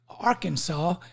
Arkansas